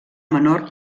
menor